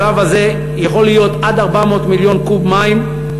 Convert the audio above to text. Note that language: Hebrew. השלב הזה יכול להיות עד 400 מיליון קוב מים,